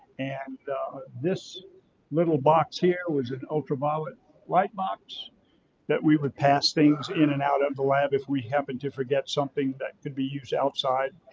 and this little box here was an ultraviolet light box that we would pass things in and out of the lab if we happened to forget something that could be used outside.